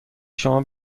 شما